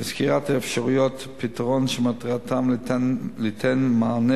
וסקירת אפשרויות פתרון שמטרתן ליתן מענה